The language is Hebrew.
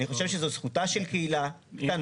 אני חושב שזו זכותה של קהילה קטנה,